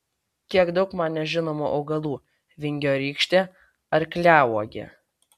kiek daug man nežinomų augalų vingiorykštė arkliauogė